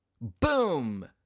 Boom